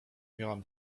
miałam